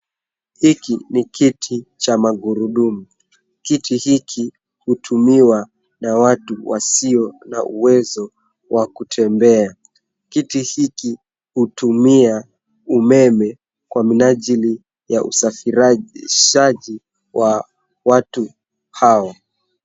Hiki ni kiti cha magurudumu. Kiti hiki hutumiwa na watu wasio na uwezo wa kutembea. Kiti hiki hutumia umeme kwa minajili ya usafirishaji wa watu hao.